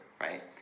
right